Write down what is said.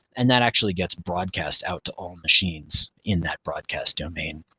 and that actually gets broadcast out to all machines in that broadcast domain,